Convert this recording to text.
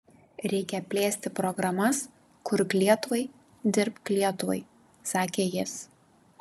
reikia plėsti programas kurk lietuvai dirbk lietuvai sakė jis